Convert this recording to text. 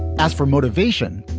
as for motivation,